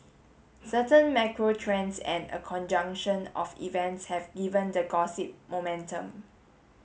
certain macro trends and a conjunction of events have given the gossip momentum